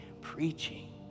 preaching